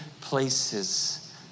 places